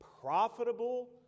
profitable